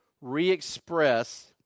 re-express